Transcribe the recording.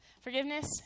Forgiveness